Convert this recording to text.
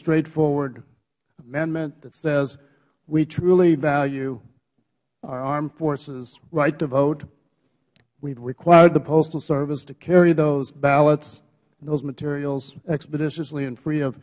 straightforward amendment that says we truly value our armed forces right to vote we have required the postal service to carry those ballots those materials expeditiously and free of